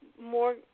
more